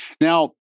Now